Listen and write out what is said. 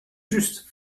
juste